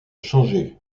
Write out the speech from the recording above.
changé